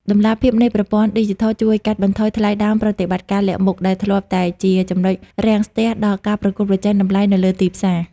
តម្លាភាពនៃប្រព័ន្ធឌីជីថលជួយកាត់បន្ថយ "ថ្លៃដើមប្រតិបត្តិការលាក់មុខ" ដែលធ្លាប់តែជា ចំណុចរាំងស្ទះ ដល់ការប្រកួតប្រជែងតម្លៃនៅលើទីផ្សារ។